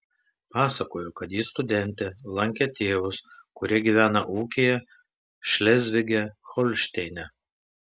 pasakojo kad ji studentė lankė tėvus kurie gyvena ūkyje šlezvige holšteine